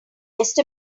just